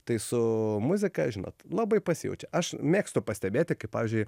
tai su muzika žinot labai pasijaučia aš mėgstu pastebėti kaip pavyzdžiui